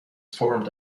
formed